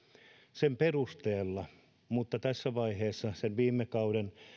sen perusteella mutta tässä vaiheessa sen viime kauden